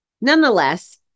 Nonetheless